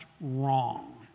wrong